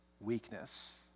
weakness